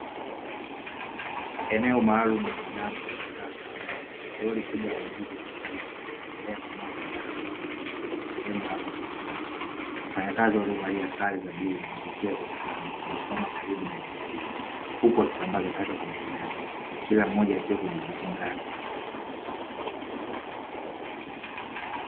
Eneo maalum la dampo la kisasa ambapo lori kubwa la mzigo limetua na linaendelea kumwaga taka uangalifu kwenye sehemu maalum ya kutupia taka, wafanyakazi waliovalia sare za blue na kofia za usalama wamesimama karibu na eneo hilo, huku wakisambaza taka kwenye mikono yao kila mmoja akiwa kwenye jukumu lake.